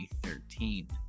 2013